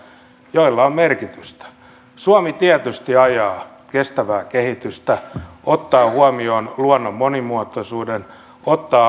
joilla on merkitystä suomi tietysti ajaa kestävää kehitystä ottaa huomioon luonnon monimuotoisuuden ottaa